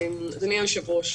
אדוני היושב-ראש,